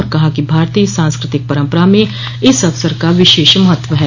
और कहा कि भारतीय सांस्कृतिक परम्परा में इस अवसर का विशेष महत्व है